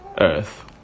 earth